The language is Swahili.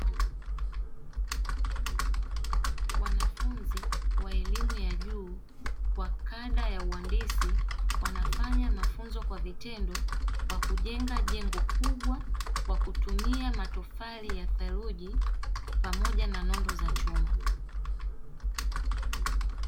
Wanafunzi wa elimu ya juu kwa kada ya uandisi wanafanya mafunzo kwa vitendo kwa kujenga jengo kubwa, kwa kutumia matofali ya saruji pamoja na nondo za chuma.